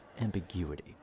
ambiguity